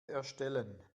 erstellen